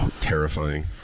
terrifying